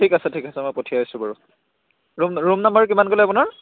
ঠিক আছে ঠিক আছে মই পঠিয়াই আছোঁ বাৰু ৰুম ৰুম নাম্বাৰ কিমান ক'লে আপোনাৰ